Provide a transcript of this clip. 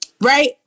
right